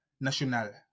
National